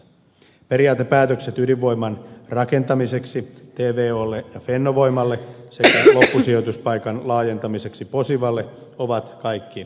periaatepäätökset ydinvoiman rakentamiseksi tvolle ja fennovoimalle sekä loppusijoituspaikan laajentamiseksi posivalle ovat kaikki perusteltuja